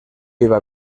iba